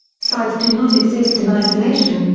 sides do not exist in isolation,